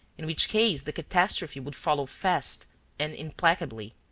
in which case the catastrophe would follow fast and implacably.